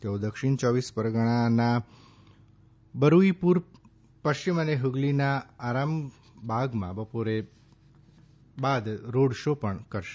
તેઓ દક્ષિણ ચોવીસ પરગણાનાં બરૂઈપુર પશ્ચિમ અને ફગલીના અરામબાગમાં બપોર બાદ રોડ શો પણ કરશે